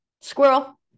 squirrel